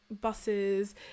buses